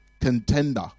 contender